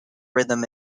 rhythm